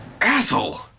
Asshole